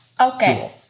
Okay